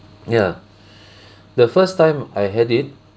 ya the first time I had it